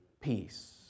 peace